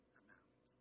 amount